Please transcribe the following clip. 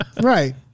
Right